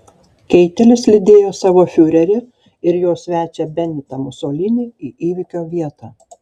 keitelis lydėjo savo fiurerį ir jo svečią benitą musolinį į įvykio vietą